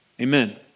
Amen